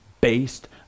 based